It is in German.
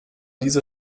dieser